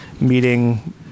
meeting